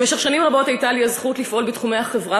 במשך שנים רבות הייתה לי הזכות לתרום בתחומי החברה